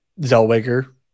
Zellweger